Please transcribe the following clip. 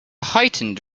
heightened